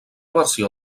versió